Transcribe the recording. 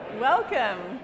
Welcome